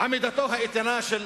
עמידתו האיתנה של